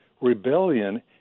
Rebellion